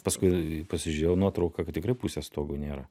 paskui pasižiūrėjau nuotrauką kad tikrai pusės stogo nėra